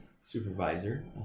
supervisor